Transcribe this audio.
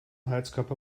heizkörper